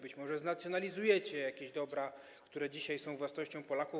Być może znacjonalizujecie jakieś dobra, które dzisiaj są własnością Polaków.